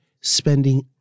spending